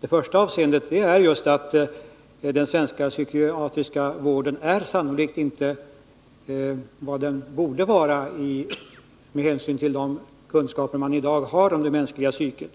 Det första är att den svenska psykiatriska vården sannolikt inte är vad den borde vara med hänsyn till de kunskaper man i dag har om det mänskliga psyket.